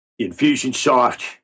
Infusionsoft